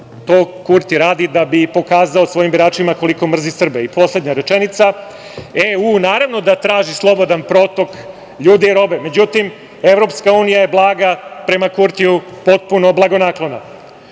To Kurti radi da bi pokazao svojim biračima koliko mrzi Srbe. Poslednja rečenica. Naravno da EU traži slobodan protok ljudi i robe, međutim EU je blaga prema Kurtiju, potpuno blagonaklona.